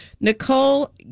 Nicole